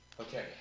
Okay